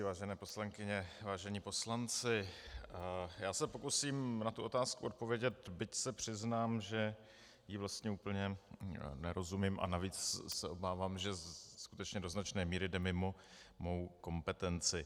Vážené poslankyně, vážení poslanci, já se pokusím na tu otázku odpovědět, byť se přiznám, že jí vlastně úplně nerozumím a navíc se obávám, že skutečně do značné míry jde mimo mou kompetenci.